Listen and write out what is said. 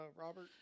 Robert